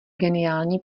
geniální